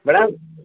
ഇവിടെ